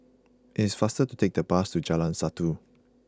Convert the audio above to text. it is faster to take the bus to Jalan Satu